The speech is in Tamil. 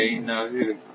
5 ஆக இருக்கும்